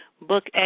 Book